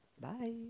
Bye